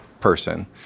person